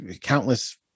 countless